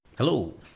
Hello